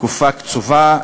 תקופה קצובה,